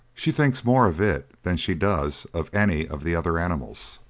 she thinks more of it than she does of any of the other animals,